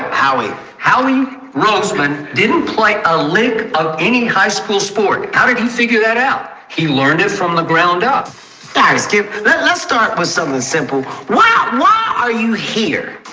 howie howie rosemond didn't play a lick of any high school sport. how did you figure that out? he learned it from the ground up. i skip that let's start with something simple wow. why are you here?